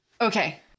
okay